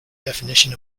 definition